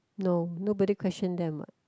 no nobody question them what